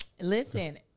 Listen